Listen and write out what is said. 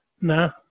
No